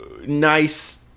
nice